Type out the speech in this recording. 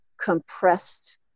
compressed